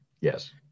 Yes